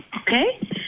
okay